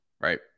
right